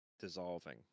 dissolving